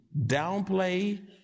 downplay